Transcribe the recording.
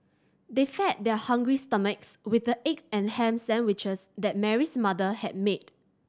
they fed their hungry stomachs with the egg and ham sandwiches that Mary's mother had made